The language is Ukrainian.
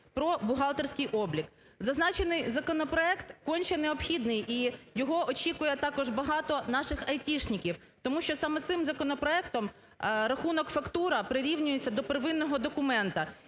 про бухгалтерський облік. Зазначений законопроект конче необхідний і його очікує також багато наших айтишників. Тому що саме цим законопроектом рахунок-фактура прирівнюється до первинного документу.